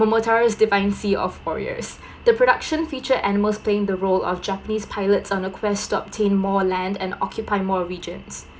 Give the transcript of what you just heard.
momotaro’s divine sea of warriors the production feature animals playing the role of japanese pilots on a quest to obtain more land and occupy more regions